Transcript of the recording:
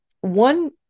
One